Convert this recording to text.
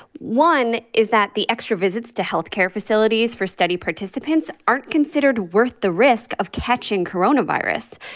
one is that the extra visits to health care facilities for study participants aren't considered worth the risk of catching coronavirus.